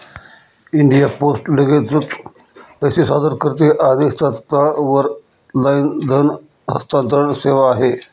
India post लगेचच पैसे सादर करते आदेश, तात्काळ वर लाईन धन हस्तांतरण सेवा आहे